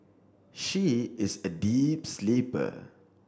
she is a deep sleeper